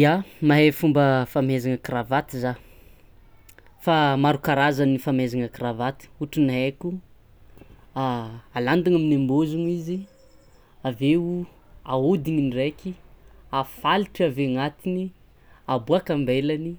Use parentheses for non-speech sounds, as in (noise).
Ya mahay fomba famihaizagna cravatte zah, fa maro karazany ny famihaizagna cravatte otry ny haiko (hesitation) alandogno amin'ny ambôzogno izy aveo ahodigny ndraiky, afalitry avy agnatiny, aboaka ambailany,